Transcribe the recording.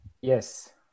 Yes